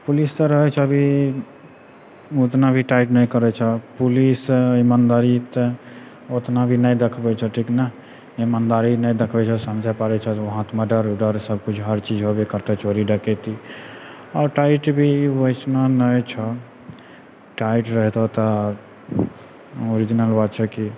police तऽ रहै छऽ अभी उतना भी टाइट नहि करै छऽ पुलिस इमानदारी तऽ ओतना भी नहि देखबै छऽ ठीक ने इमानदारी नहि देखबै छऽ समझऽ पड़ै छऽ वहाँ तऽ मर्डर वर्डर सबकुछ हर चीज होबे करतै चोरी डकैती आओर टाइट भी वैसना नहि छऽ टाइट रहीतै तऽ ओरिजनल बात छै की